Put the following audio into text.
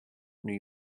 new